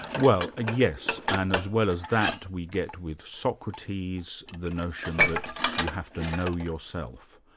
well yes, and as well as that we get, with socrates, the notion that you have to know yourself.